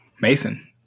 Mason